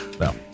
No